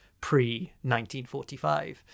pre-1945